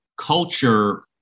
Culture